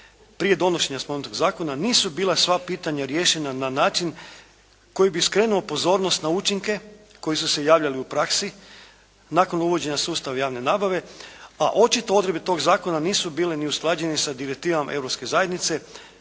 prije donošenja spomenutog zakona nisu bila sva pitanja riješena na način koji bi skrenuo pozornost na učinke koji su se javljali u praksi nakon uvođenja sustava javne nabave, a očito odredbe tog zakona nisu bile ni usklađene sa direktivama Europske zajednice